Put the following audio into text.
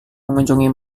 mengunjungi